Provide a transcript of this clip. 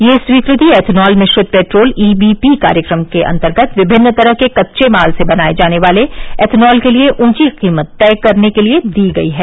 यह स्वीकृति एथनॉल मिश्रित पैट्रोल ईबीपी कार्येक्रम के अंतर्गत विभिन्न तरह के कच्चे माल से बनाए जाने वाले एथनॉल के लिए ऊंची कीमत तय करने के लिए दी गई है